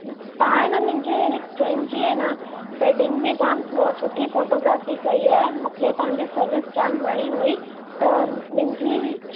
तव्हां हेन मुंहिंजे हिकु फ़्रेड जी हेन वेडिंग में जामु सुठी फ़ोटोग्राफ़ी कई आहे मूंखे तव्हांजो सर्विस जामु वणी हुई मुंहिंजी